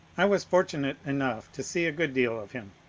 i was fortunate enough to see a good deal of him.